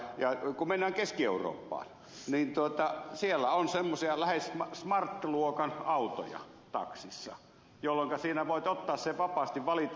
ja kun mennään keski eurooppaan siellä on semmoisia lähes smart luokan autoja takseina jolloin voi ottaa sen vapaasti valita